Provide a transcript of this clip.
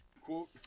quote